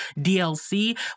DLC